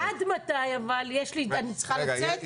עד מתי אבל אני צריכה לצאת?